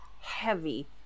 heavy